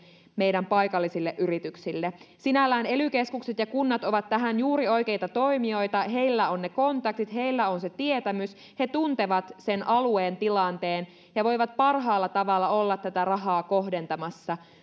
meidän paikallisille yrityksille sinällään ely keskukset ja kunnat ovat tähän juuri oikeita toimijoita heillä on ne kontaktit heillä on se tietämys he tuntevat sen alueen tilanteen he voivat parhaalla tavalla olla tätä rahaa kohdentamassa